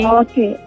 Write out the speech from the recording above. okay